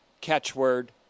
catchword